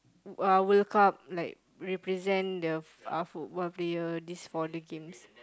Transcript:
uh World-Cup like represent the uh f~ football player this for the games